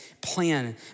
plan